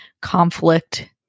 conflict